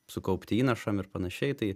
sukaupti įnašam ir panašiai tai